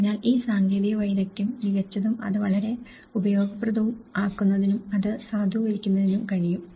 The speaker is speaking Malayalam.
അതിനാൽ ഈ സാങ്കേതിക വൈദഗ്ദ്ധ്യം മികച്ചതും അത് വളരെ ഉപയോഗപ്രദവും ആക്കുന്നത്തിനും അത് സാധൂകരിക്കുന്നതിനും കഴിയും